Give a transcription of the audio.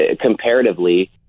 comparatively